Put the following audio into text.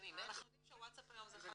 יודעים שהוואטסאפ היום הוא אחד